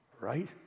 right